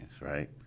right